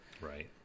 right